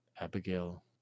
Abigail